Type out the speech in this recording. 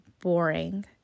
boring